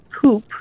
poop